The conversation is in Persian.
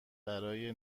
برای